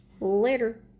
later